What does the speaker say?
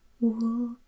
Wool